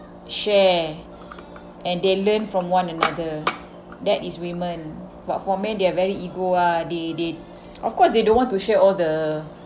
share and they learn from one another that is women but for men they are very ego ah they they of course they don't want to share all the